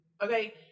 Okay